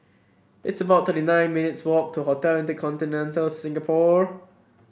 it's about thirty nine minutes' walk to Hotel InterContinental Singapore